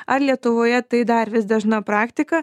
ar lietuvoje tai dar vis dažna praktika